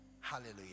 Hallelujah